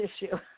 issue